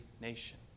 nation